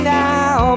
now